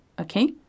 Okay